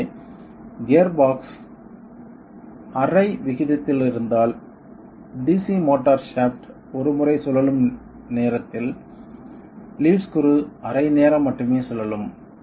எனவே கியர்பாக்ஸ் ½ விகிதத்தில் இருந்தால் DC மோட்டார் ஷாஃப்ட் ஒரு முறை சுழலும் நேரத்தில் லீட் ஸ்க்ரூ அரை நேரம் மட்டுமே சுழலும்